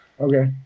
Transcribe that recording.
Okay